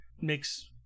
makes